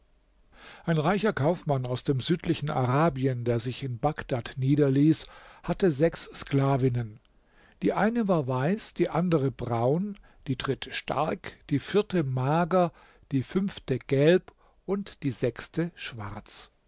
ein reicher kaufmann aus dem südlichen arabien der sich in bagdad niederließ hatte sechs sklavinnen die eine war weiß die andere braun die dritte stark die vierte mager die fünfte gelb und die sechste schwarz